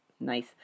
Nice